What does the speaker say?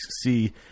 see